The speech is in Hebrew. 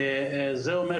חושבים שזה רק